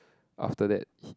after that he